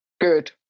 good